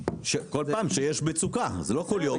כל פעם כשיש מצוקה, זה לא כל יום.